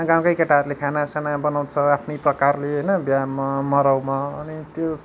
गाउँकै केटाहरूले खाना साना बनाउँछ आफ्नै प्रकारले होइन बिहेमा मराउमा अनि त्यो